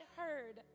heard